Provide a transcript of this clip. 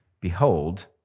behold